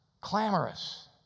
Clamorous